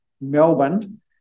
Melbourne